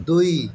दुई